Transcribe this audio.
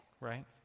right